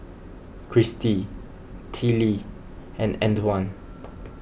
Kristi Teela and Antwan